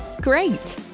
Great